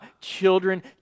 children